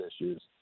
issues